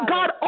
God